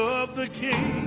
of the king